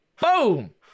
Boom